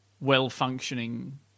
well-functioning